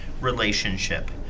relationship